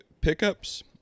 pickups